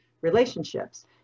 relationships